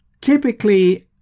typically